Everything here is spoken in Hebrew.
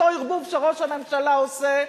אותו ערבוב שראש הממשלה עושה,